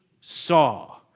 saw